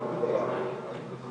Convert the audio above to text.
(היו"ר טטיאנה מזרסקי)